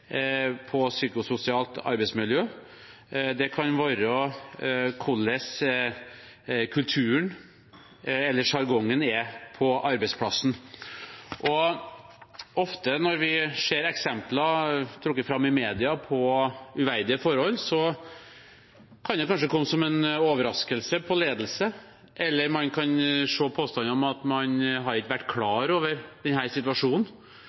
psykososialt arbeidsmiljø, og det kan være hvordan kulturen eller sjargongen er på arbeidsplassen. Når vi ser eksempler på uverdige forhold, trukket fram i media, kan det ofte kanskje komme som en overraskelse på ledelsen, eller man kan se påstander om at man ikke har vært klar over denne situasjonen.